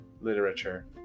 literature